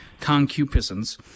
concupiscence